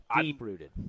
Deep-rooted